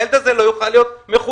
הילד הזה לא יוכל להיות מחונן,